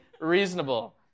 reasonable